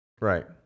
Right